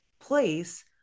place